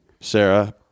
Sarah